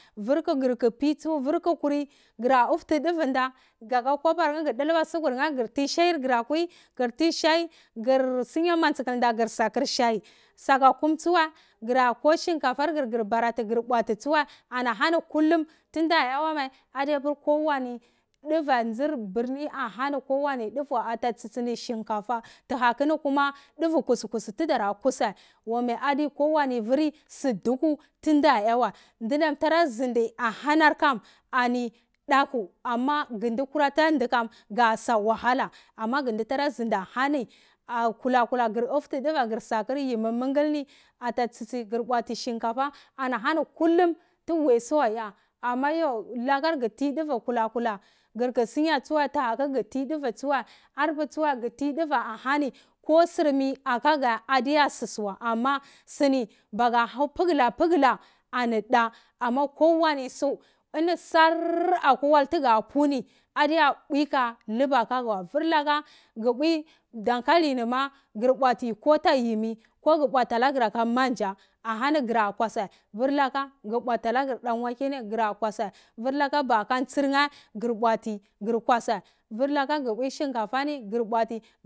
Vur ka gar ka pi tsu vur ku kuri gra ofti duveh nda ga ka kowapar neh ga dulbwa sugar nda ga ka kowapar neh ga dulbwa sugar neh gir tei shai gai akin gar ti shai kar sunya nantsikal nda aka shai tsaka kum tsuweh kara ko shinkafa kir kir barati kir bwati tsuweh ana hani kulum ti nda eh weh adeya pir kowani duveh tsi nzir bami aha hani kowani dufu ata tsi tsi ni shankafa tahakuni koma duvu kusi kusi ta dara kuseh wameh adeh kowmeh vuri suh dukwu nti nda eh weh ndunam tera nzidi ahani kam ani daku ama ngadi kora ta ndi kam ga sa wahalah ana ga ndi tara zindi ahani ah kula kula gar dutti duveh gar sakayima mangalin ni atah tsi tsi gar bwati shinkafa ana hani kulum to weh so are ama yhu caka ga fai duveh kula kala gir ka sunya tsuweh tahakuga ti duveh tsuweh arpeh tsuweh ga tai duveh anahanio ko sur meh aka geh adeya sosoveh ana siuni maga hjau pagla pagla ani nda ama kowani su ini shaar akwa wal tuga pwu ni adiya mbwi ka lugbwa aka keh weh vur laka ga bwi dankali ni ma gar bwati ko ata yumi ko ga bwati nagari aka manja ahani gara kwaseh vur kka ga bwati lagar danwakeh ni ga bwati nagari gara kwaseh vur kka ba aka ntsiri neh gar bwati gar kwashe vur laka ga bwi shinkafa ni gar bwati.